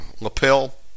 lapel